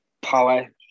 power